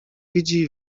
widzi